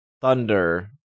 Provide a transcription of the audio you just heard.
thunder